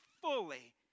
fully